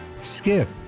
skip